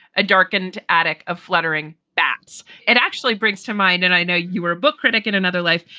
a darkened attic, a fluttering bats. it actually brings to mind and i know you were a book critic in another life.